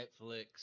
Netflix